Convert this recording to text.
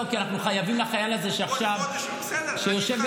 אתה לא.